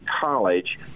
college